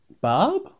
Bob